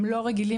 הם לא רגילים,